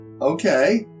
okay